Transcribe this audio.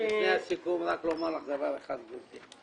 לפני הסיכום, רק לומר לך דבר אחד, גברתי.